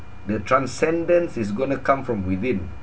the transcendence is going to come from within